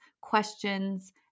questions